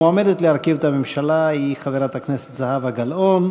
המועמדת להרכיב את הממשלה היא חברת הכנסת זהבה גלאון,